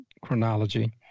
chronology